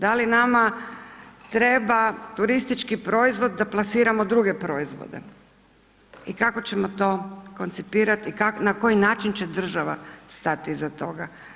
Da li nama treba turistički proizvod da plasiramo druge proizvode i kako ćemo to koncipirat i na koji način će država stat iza toga?